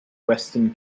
western